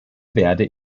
werde